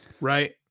Right